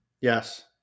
Yes